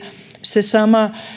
se sama